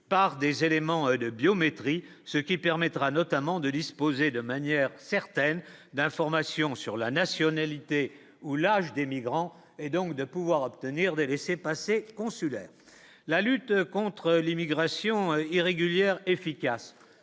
par des éléments de biométrie, ce qui permettra notamment de disposer de manière certaine, d'informations sur la nationalité ou l'âge des migrants et donc de pouvoir obtenir des laissez-passer consulaires, la lutte contre l'immigration irrégulière efficace